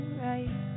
right